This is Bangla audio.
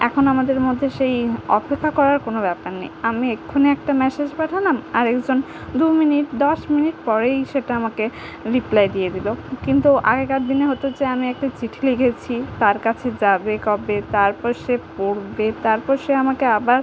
এখন আমাদের মধ্যে সেই অপেক্ষা করার কোনো ব্যাপার নেই আমি এখনই একটা মেসেজ পাঠালাম আর একজন দু মিনিট দশ মিনিট পরেই সেটা আমাকে রিপ্লাই দিয়ে দিল কিন্তু আগেকার দিনে হতো যে আমি একটা চিঠি লিখেছি তার কাছে যাবে কবে তারপর সে পড়বে তারপর সে আমাকে আবার